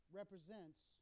represents